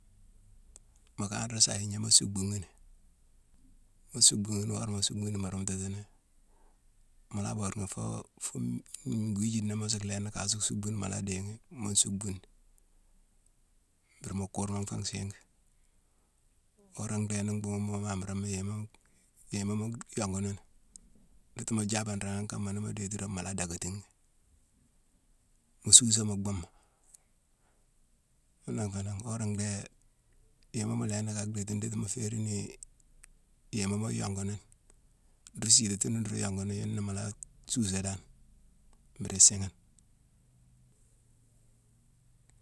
Mu kanré saagna, mu suckbu ghi ni, mu suckbu ghi ni worama mu suckbu ghi ni mu runtatini, mu la boode ghi fo fu-n-gwijinaa mu su lééni ka su suckbu ni, mu la dééghi muu nsuckbu ni. Mburu mu kurma nfé nsiingi. Wora ndhééne ni mbhuughune mu imamburanghma yéma-yéma mu yongu nini: ndhiti mu jaabé nrééghane kama ni mu déti dorong mu la daakatighi, mu suusé mu bhuuma. Ghuna nfé nangh. Wora ndhéé yéma mu lééni ka dhéti ni, nditi mu féérine ni yéma mu yongu ni. Nruu siitatini nruu yongu ni, yune mu la suusé dan, mburu isiighine.